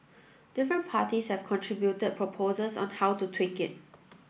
different parties have contributed proposals on how to tweak it